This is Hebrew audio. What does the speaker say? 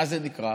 מה זה נקרא,